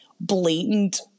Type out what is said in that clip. blatant